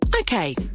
Okay